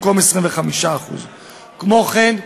במקום 25%. כמו כן,